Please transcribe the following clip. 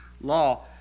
law